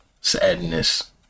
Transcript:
sadness